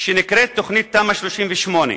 שנקראת תמ"א 38,